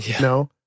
No